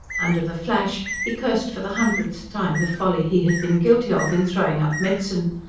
under the flash, he cursed for the hundredth time the folly he had been guilty of in throwing up medicine.